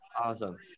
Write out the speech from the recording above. Awesome